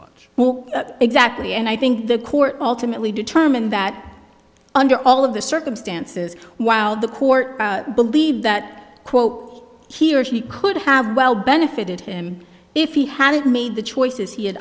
more exactly and i think the court ultimately determined that under all of the circumstances while the court believed that quote he or she could have well benefited him if he hadn't made the choices he had